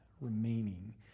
remaining